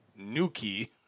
Nuki